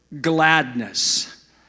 gladness